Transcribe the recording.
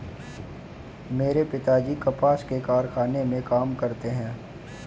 मेरे पिताजी कपास के कारखाने में काम करते हैं